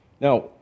Now